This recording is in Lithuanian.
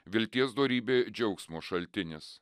vilties dorybė džiaugsmo šaltinis